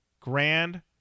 grand